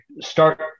start